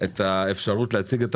זה אותו